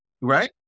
right